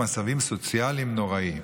מרודים, במצבים סוציאליים נוראיים.